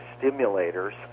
stimulators